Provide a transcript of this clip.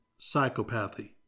psychopathy